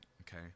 okay